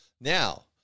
now